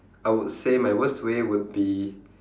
I would say my worst way would be